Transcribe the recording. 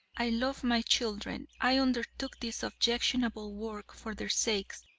i love my children. i undertook this objectionable work for their sakes,